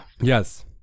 Yes